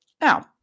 Now